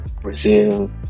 Brazil